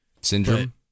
Syndrome